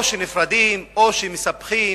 או שנפרדים או שמספחים,